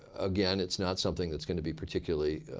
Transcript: again, it's not something that's going to be particularly